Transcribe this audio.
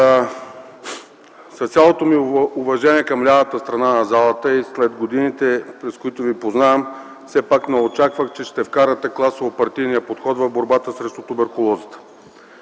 С цялото ми уважение към лявата страна на залата и след годините, през които ви познавам, все пак не очаквах, че ще вкарате класово-партийния подход в борбата срещу туберкулозата.